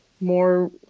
more